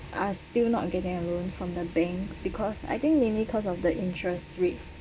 are still not getting a loan from the bank because I think mainly cause of the interest rates